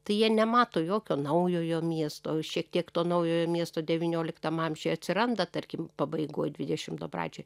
tai jie nemato jokio naujojo miesto šiek tiek to naujojo miesto devynioliktam amžiuj atsiranda tarkim pabaigoj dvidešimto pradžioj